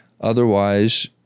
otherwise